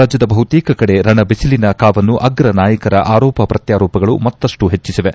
ರಾಜ್ಯದ ಬಹುತೇಕ ಕಡೆ ರಣಬಿಸಿಲಿನ ಕಾವನ್ನು ಅಗ್ರ ನಾಯಕರ ಆರೋಪ ಪ್ರತ್ಯಾರೋಪಗಳು ಮತ್ತಷ್ಟು ಹೆಚ್ಚಿಸಿವೆ